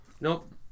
Nope